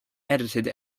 edited